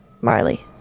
Marley